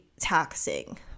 Taxing